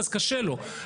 אז קשה לו.